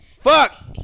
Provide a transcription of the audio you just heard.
Fuck